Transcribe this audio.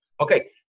Okay